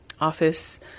office